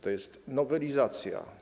To jest nowelizacja.